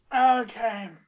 okay